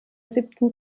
siebten